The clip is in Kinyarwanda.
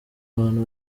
abantu